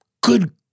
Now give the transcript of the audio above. good